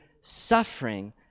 suffering